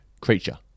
Creature